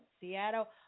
Seattle